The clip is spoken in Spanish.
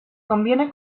conviene